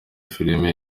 filme